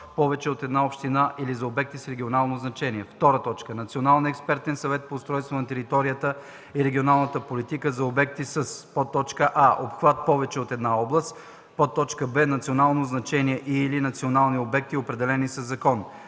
повече от една община или за обекти с регионално значение; 2. Националния експертен съвет по устройство на територията и регионална политика – за обекти със: а) обхват повече от една област; б) национално значение и/или национални обекти, определени със закон;